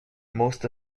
most